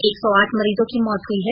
एक सौ आठ मरीजों की मौत हुई है